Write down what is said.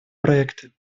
проекты